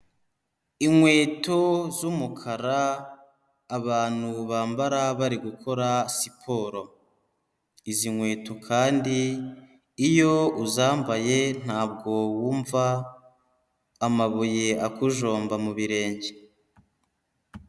Inkweto z'umukara abantu bambara bari gukora siporo, izi nkweto kandi iyo uzambaye ntabwo wumva amabuye akujomba mu birenge.